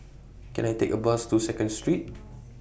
Can I Take A Bus to Second Street